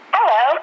Hello